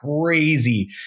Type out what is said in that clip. crazy